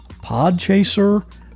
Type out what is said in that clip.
Podchaser